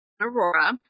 Aurora